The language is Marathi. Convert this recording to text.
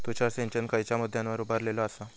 तुषार सिंचन खयच्या मुद्द्यांवर उभारलेलो आसा?